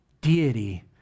deity